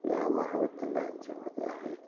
या महाविद्यालयांच्यामध्ये आहे